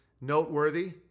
noteworthy